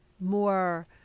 more